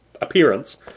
appearance